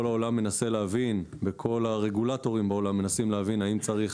כל העולם מנסה להבין וכל הרגולטורים בעולם מנסים להבין האם צריך